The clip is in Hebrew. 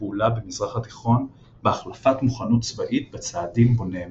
פעולה במזרח התיכון בהחלפת מוכנות צבאית בצעדים בוני אמון.